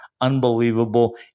Unbelievable